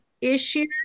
issues